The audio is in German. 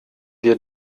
wir